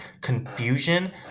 confusion